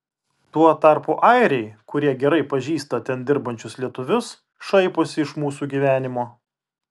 tuo tarpu airiai kurie gerai pažįsta ten dirbančius lietuvius šaiposi iš mūsų gyvenimo